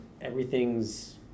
everything's